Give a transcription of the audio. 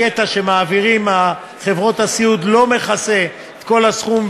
החלק שמעבירים לחברות הסיעוד לא מכסה את כל הסכום,